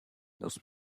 those